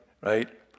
right